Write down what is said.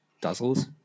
dazzles